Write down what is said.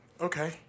Okay